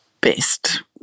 best